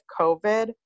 COVID